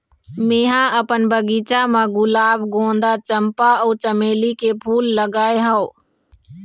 मेंहा अपन बगिचा म गुलाब, गोंदा, चंपा अउ चमेली के फूल लगाय हव